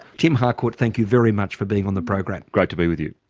tim harcourt thank you very much for being on the program. great to be with you.